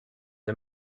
the